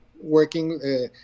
working